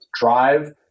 drive